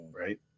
right